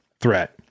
threat